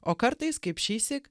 o kartais kaip šįsyk